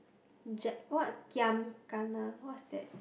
ji~ what kiam kana what's that